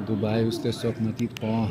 dubajus tiesiog matyt po